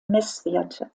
messwerte